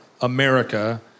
America